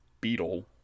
Beetle